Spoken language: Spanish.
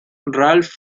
ralph